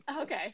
okay